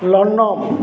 London